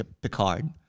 Picard